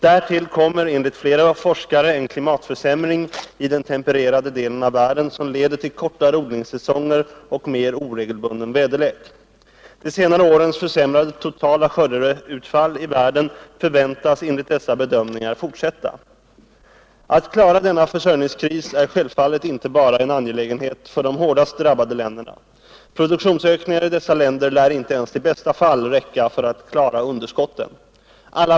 Därtill kommer enligt flera forskare en klimatförsämring i den tempererade delen av världen som leder till kortare odlingssäsonger och mer oregelbunden väderlek. De senaste årens försämrade totala skördeutfall i världen förväntas enligt dessa bedömningar fortsätta. Att klara denna försörjningskris är självfallet inte bara en angelägenhet för de hårdast drabbade länderna. Produktionsökningar i dessa länder lär inte ens i bästa fall räcka för att klara underskotten.